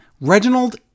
Reginald